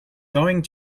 going